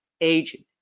agent